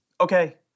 okay